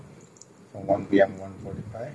we didn't talk that long hello